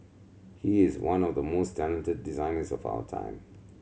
he is one of the most talented designers of our time